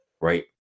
right